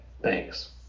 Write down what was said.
thanks